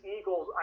Eagles